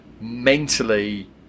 mentally